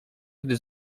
gdy